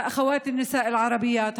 לאחיותיי הנשים הערביות,